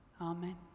Amen